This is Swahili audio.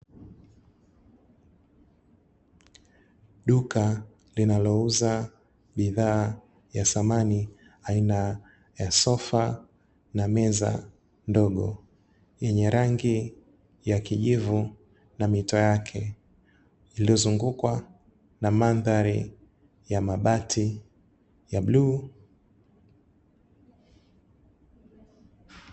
Duka linalouza bidhaa ya samani aina ya sofa na meza ndogo, yenye rangi ya kijivu na mito yake. Iliyozungukwa na mandhari ya mabati ya bluu.